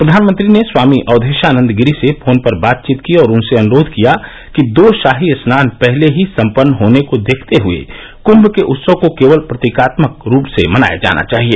प्रधानमंत्री ने स्वामी अवघेशानंद गिरी से फोन पर बातचीत की और उनसे अनुरोध किया कि दो शाही स्नान पहले ही संपन्न होने को देखते हुए कुंभ के उत्सव को केवल प्रतीकात्मक रूप में मनाया जाना चाहिए